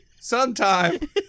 sometime